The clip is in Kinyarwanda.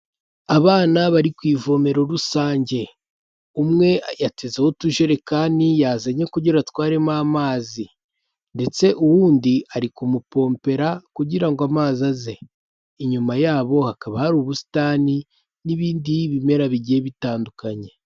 Abana bari ku ivomero rusange, umwe yatezeho utujerekani yazanye kugira atwaremo amazi ndetse uwundi ari kumupompera kugira ngo amazi aze. Inyuma yabo hakaba hari ubusitani n'ibindi bimera bigiye bitandukanye.